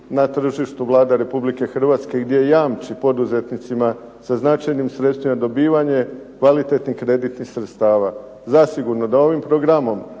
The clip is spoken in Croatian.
na tržištu Vlada Republike Hrvatske i gdje jamči poduzetnicima sa značajnim sredstvima dobivanje kvalitetnih kreditnih sredstava. Zasigurno da ovim programom